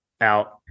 out